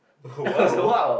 !wow!